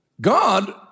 God